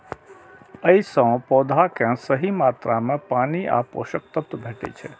अय सं पौधा कें सही मात्रा मे पानि आ पोषक तत्व भेटै छै